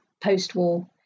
post-war